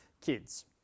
kids